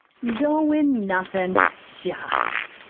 goin' nothin' shucks!